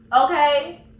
Okay